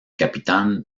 capitán